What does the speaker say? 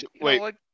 Wait